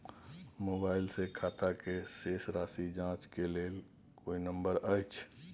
Mobile से खाता के शेस राशि जाँच के लेल कोई नंबर अएछ?